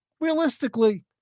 realistically